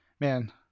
man